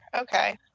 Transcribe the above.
Okay